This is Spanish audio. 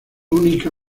única